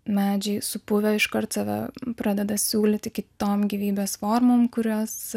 medžiai supuvę iškart save pradeda siūlyti kitom gyvybės formom kurios